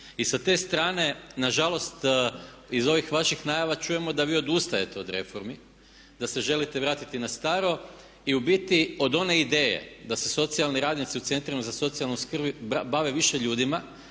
I sa te strane nažalost iz ovih vaših najava čujemo da vi odustajete od reformi, da se želite vratiti na staro i ubiti od one ideje da se socijalni radnici u centrima za socijalnu skrb bave više ljudima